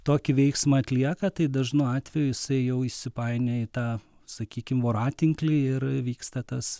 tokį veiksmą atlieka tai dažnu atveju jisai jau įsipainioja į tą sakykime voratinklį ir vyksta tas